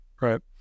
right